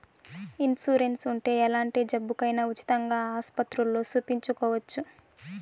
insurance ఉంటే ఎలాంటి జబ్బుకైనా ఉచితంగా ఆస్పత్రుల్లో సూపించుకోవచ్చు